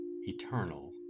eternal